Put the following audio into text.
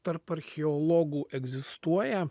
tarp archeologų egzistuoja